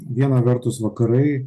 viena vertus vakarai